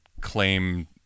claim